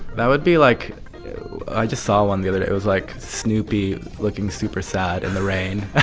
that would be, like i just saw one the other day. it was, like, snoopy looking super sad in the rain